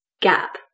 Gap